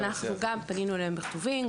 ואנחנו גם פנינו אליהן בכתובים,